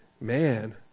man